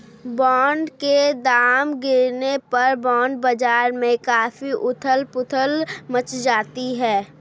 bond के दाम गिरने पर बॉन्ड बाजार में काफी उथल पुथल मच जाती है